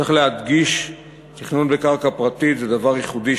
צריך להדגיש שתכנון בקרקע פרטית הוא דבר ייחודי,